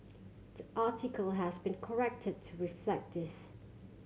the article has been corrected to reflect this